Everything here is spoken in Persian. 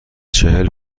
چهل